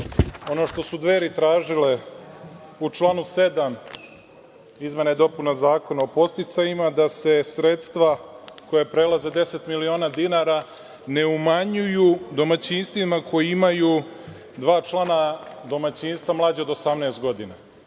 Ono što su Dveri tražile u članu 7. izmena i dopuna Zakona o podsticajima jeste da se sredstva koja prelaze 10 miliona dinara ne umanjuju domaćinstvima koja imaju dva člana domaćinstva mlađa od 18 godina.